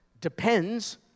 depends